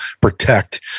protect